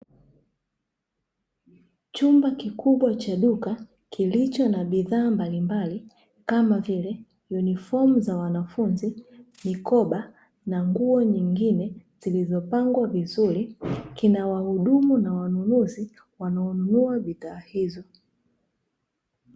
Chumba kikubwa cha duka kilicho na bidhaa mbalimbali kama vile yuniformu za wanafunzi, mikoba na nguo nyingine zilizopangwa vizuri kina wahudumu na wanunuzi wanaonunua bidhaa hizo.